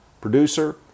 producer